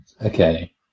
Okay